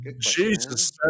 Jesus